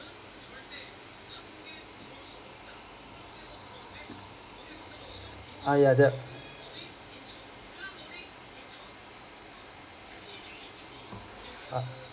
ah ya that uh